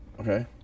Okay